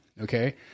okay